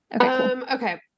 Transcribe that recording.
Okay